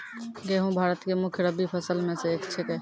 गेहूँ भारत के मुख्य रब्बी फसल मॅ स एक छेकै